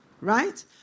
right